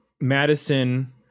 madison